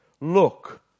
Look